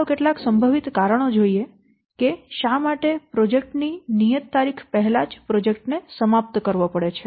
ચાલો કેટલાક સંભવિત કારણો જોઈએ કે શા માટે પ્રોજેક્ટ ની નિયત તારીખ પહેલાં જ પ્રોજેક્ટ ને સમાપ્ત કરવો પડે છે